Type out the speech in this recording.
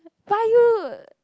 tired